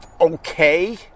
okay